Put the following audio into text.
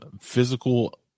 physical